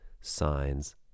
signs